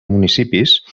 municipis